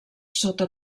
sota